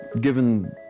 given